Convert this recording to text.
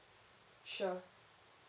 sure